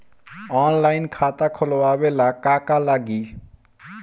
Online खाता खोलबाबे ला का का लागि?